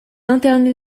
interné